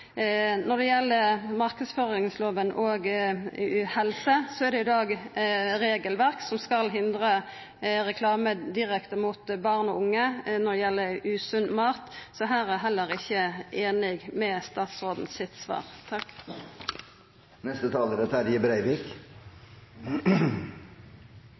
Når det gjeld marknadsføringslova og helse, er det i dag regelverk som skal hindra reklame direkte mot barn og unge når det gjeld usunn mat, så her er eg heller ikkje einig i svaret frå statsråden.